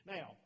Now